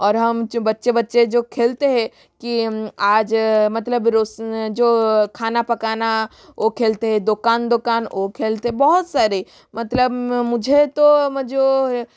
और हम जो बच्चे बच्चे जो खेलते हैं की आज मतलब जो खाना पकाना वह खेलते हैं दुकान दुकान वह खेलते बहुत सारे मतलब मुझे तो मुझे है